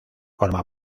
forma